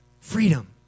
Freedom